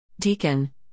Deacon